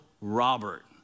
Robert